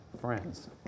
friends